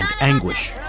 anguish